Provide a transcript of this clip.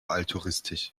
altruistisch